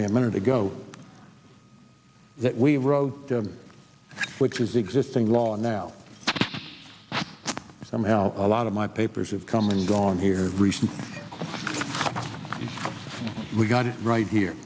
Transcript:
me a minute ago that we wrote which is existing law now somehow a lot of my papers have come and gone here recently we got it right here